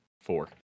four